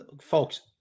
folks